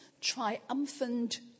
triumphant